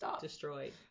destroyed